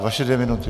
Vaše dvě minuty.